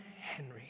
Henry